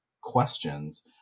questions